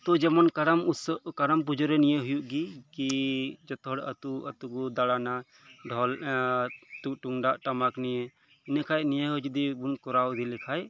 ᱛᱚ ᱡᱮᱢᱚᱱ ᱡᱮᱢᱚᱱ ᱠᱟᱨᱟᱢ ᱩᱛᱥᱚᱵᱽ ᱠᱟᱨᱟᱢ ᱯᱩᱡᱟᱹᱨᱮ ᱱᱤᱭᱟᱹ ᱦᱳᱭᱳᱜ ᱜᱮ ᱠᱤ ᱡᱷᱚᱛᱚ ᱦᱚᱲ ᱟᱛᱳ ᱟᱛᱳ ᱠᱚ ᱫᱟᱬᱟᱱᱟ ᱰᱷᱳᱞ ᱠᱚ ᱛᱩᱢᱫᱟᱜ ᱴᱟᱢᱟᱠ ᱱᱤᱭᱮ ᱤᱱᱟᱹ ᱠᱷᱟᱱ ᱱᱤᱭᱟᱹ ᱦᱚᱸ ᱡᱩᱫᱤ ᱵᱚᱱ ᱠᱚᱨᱟᱣ ᱤᱫᱤ ᱞᱮᱠᱷᱟᱱ